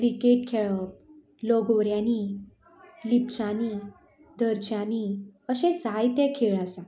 cricket खेळप लगोऱ्यांनी लिपच्यांनी धरच्यांनी अशें जायते खेळ आसात